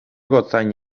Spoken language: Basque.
gotzain